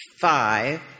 Five